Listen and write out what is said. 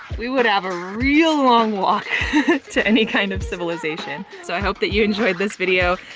we would have a real long walk to any kind of civilization. so i hope that you enjoyed this video.